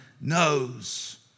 knows